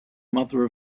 mother